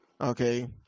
okay